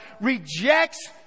rejects